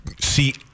see